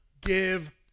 give